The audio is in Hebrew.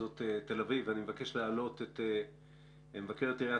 זאת תל אביב ואני מבקש להעלות את מבקרת עיריית